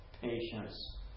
patience